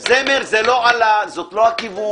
זלמר, זה לא עלה, זה לא הכיוון.